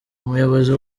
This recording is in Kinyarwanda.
ubuyobozi